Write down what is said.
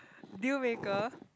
deal maker